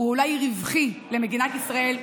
הוא אולי רווחי למדינת ישראל,